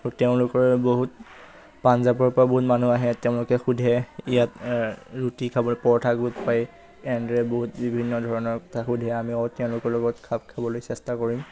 আৰু তেওঁলোকৰে বহুত পাঞ্জাৱৰপৰা বহুত মানুহ আহে তেওঁলোকে সোধে ইয়াত ৰুটি খাবলৈ পৰঠা ক'ত পায় এনেদৰে বহুত বিভিন্ন ধৰণৰ কথা সোধে আমিও তেওঁলোকৰ লগত খাপখাবলৈ চেষ্টা কৰিম